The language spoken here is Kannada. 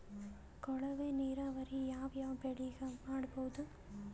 ಕೊಳವೆ ನೀರಾವರಿ ಯಾವ್ ಯಾವ್ ಬೆಳಿಗ ಮಾಡಬಹುದು?